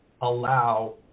allow